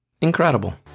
Incredible